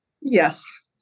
Yes